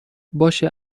باشه